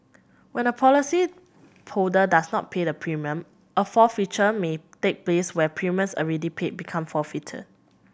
when a policyholder does not pay the premium a forfeiture may take place where premiums already paid become forfeited